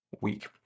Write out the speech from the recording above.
week